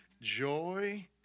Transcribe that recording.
joy